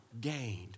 gained